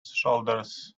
shoulders